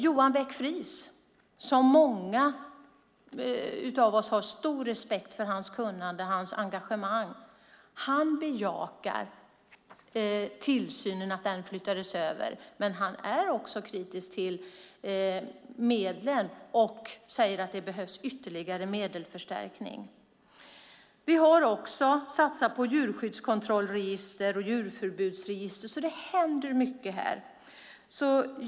Många av oss har stor respekt för Johan Beck-Friis och hans kunnande och engagemang. Han bejakar att tillsynen flyttades över, men han är också kritisk till medlen och säger att det behövs ytterligare medelsförstärkning. Vi har satsat på djurskyddskontrollregister och djurförbudsregister. Det händer mycket här.